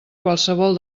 qualsevol